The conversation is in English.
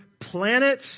planet